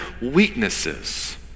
weaknesses